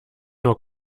nur